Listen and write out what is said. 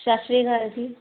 ਸਤਿ ਸ਼੍ਰੀ ਅਕਾਲ ਜੀ